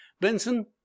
benson